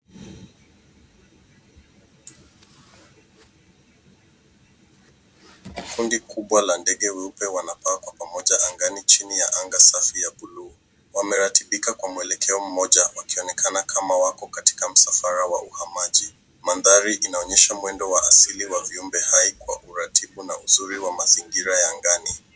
Kundi kubwa la ndege weupe wanapaa kwa pamoja angani chini ya anga safi ya buluu. Wameratibika kwa mwelekeo mmoja wakionekana kama wako katika msafara wa uhamaji. Mandhari inaonyesha mwendo wa asili wa viumbe hai kwa uratibu na uzuri wa mazingira ya angani.